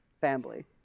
family